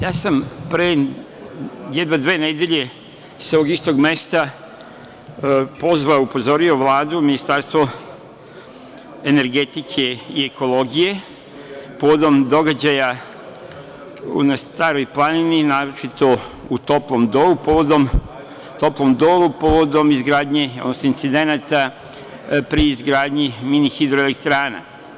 Ja sam pre jedno dve nedelje, sa ovog istog mesta, pozvao, upozorio Vladu, Ministarstvo energetike i ekologije povodom događaja na Staroj planini, naročito u Toplom Dolu, povodom izgradnje, odnosno incidenata pri izgradnji mini hidroelektrane.